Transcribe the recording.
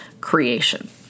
creation